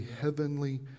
heavenly